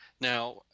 Now